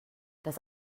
das